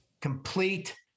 complete